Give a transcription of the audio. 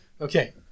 Okay